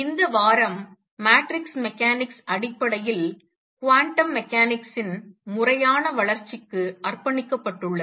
இந்த வாரம் matrix mechanics அடிப்படையில் குவாண்டம் மெக்கானிக்ஸின் முறையான வளர்ச்சிக்கு அர்ப்பணிக்கப்பட்டுள்ளது